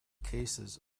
cases